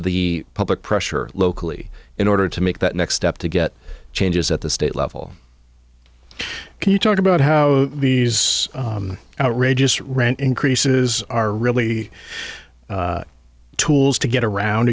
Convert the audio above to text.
the public pressure locally in order to make that next step to get changes at the state level can you talk about how these outrageous rent increases are really tools to get around